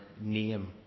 name